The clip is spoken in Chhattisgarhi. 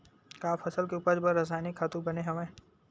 का फसल के उपज बर रासायनिक खातु बने हवय?